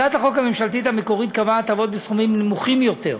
הצעת החוק הממשלתית המקורית קבעה הטבות בסכומים נמוכים יותר,